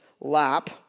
lap